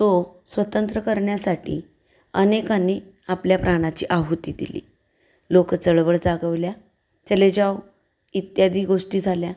तो स्वतंत्र करण्यासाठी अनेकांनी आपल्या प्राणाची आहुती दिली लोक चळवळ जागवल्या चले जाव इत्यादी गोष्टी झाल्या